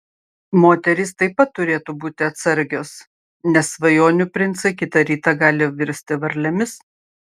moterys taip pat turėtų būti atsargios nes svajonių princai kitą rytą gali virsti varlėmis